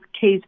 case